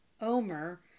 omer